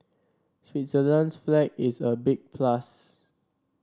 Switzerland's flag is a big plus